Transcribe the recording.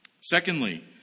Secondly